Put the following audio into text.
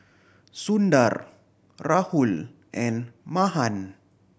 Sundar Rahul and Mahan